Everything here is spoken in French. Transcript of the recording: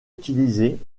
utilisée